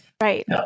Right